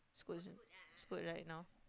Scoot Scoot right now